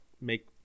make